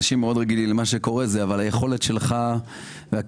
אנשים רגילים מאוד למה שקורה זה היכולת שלך והכישרון,